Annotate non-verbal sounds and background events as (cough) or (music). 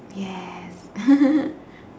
yes (laughs)